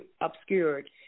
obscured